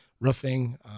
roofing